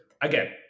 again